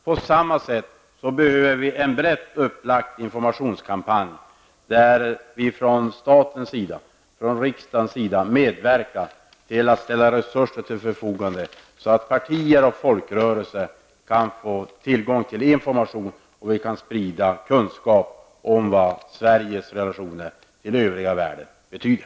På samma sätt behöver vi en brett upplagd informationskampanj där vi från riksdagens sida medverkar genom att ställa resurser till förfogande, så att partier och folkrörelser kan få tillgång till information och så att vi kan sprida kunskap om vad Sveriges relationer till övriga världen betyder.